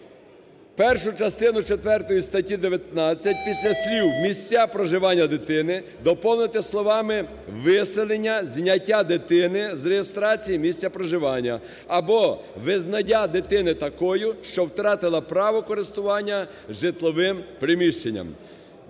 "Першу частину четвертої… статті 19 після слів "місця проживання дитини" доповнити словами "виселення, зняття дитини з реєстрації місця проживання або визнання дитини такою, що втратила право користування житловим приміщенням".